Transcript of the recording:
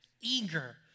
Eager